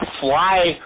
fly